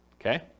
okay